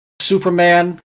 Superman